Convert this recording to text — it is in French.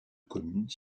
communes